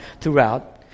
throughout